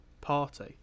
party